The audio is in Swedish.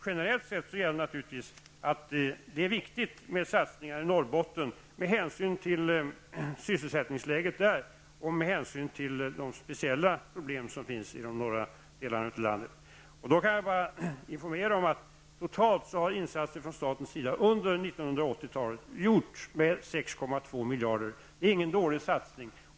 Generellt sett är det naturligtvis viktigt med satsningar i Norrbotten med hänsyn till sysselsättningsläget där och med hänsyn till de speciella problem som finns i de norra delarna av landet. Jag kan informera om att insatser från statens sida under 1980-talet har gjorts med totalt 6,2 miljarder. Det är ingen dålig satsning.